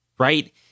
Right